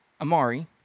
Amari